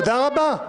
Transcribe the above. תודה רבה.